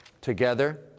together